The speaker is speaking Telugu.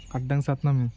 అడ్డంగా చస్తునామే